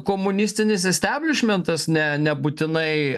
komunistinis esteblišmentas ne nebūtinai